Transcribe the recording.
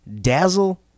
Dazzle